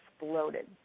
exploded